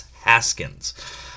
Haskins